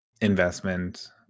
investment